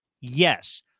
yes